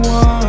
one